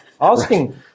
asking